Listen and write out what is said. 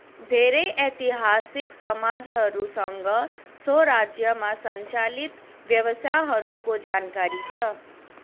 धेरै ऐतिहासिक समाजहरूसँग स्वराज्यमा सञ्चालित व्यावसायहरूको जानकारी छ